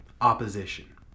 opposition